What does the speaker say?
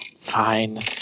Fine